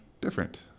different